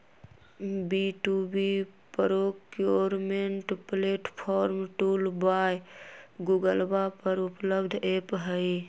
B two B procurement platform tool by गूगलवा पर उपलब्ध ऐप हई